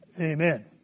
Amen